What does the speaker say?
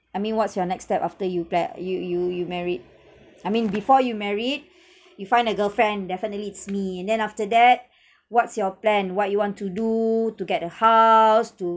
I mean what's your next step after you plan you you you married I mean before you married you find a girlfriend definitely it's me and then after that what's your plan what you want to do to get a house to